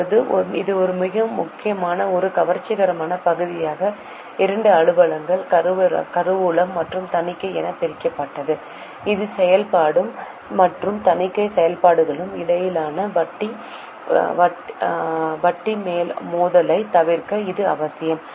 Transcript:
இப்போது ஒரு மிக முக்கியமான மற்றும் கவர்ச்சிகரமான பகுதியாக இரண்டு அலுவலகங்கள் கருவூலம் மற்றும் தணிக்கை என பிரிக்கப்பட்டது நிதி செயல்பாடு மற்றும் தணிக்கை செயல்பாடுகளுக்கு இடையிலான வட்டி மோதலைத் தவிர்க்க இது அவசியம்